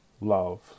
love